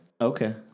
Okay